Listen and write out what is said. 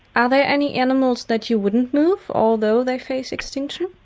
ah there any animals that you wouldn't move although they face extinction?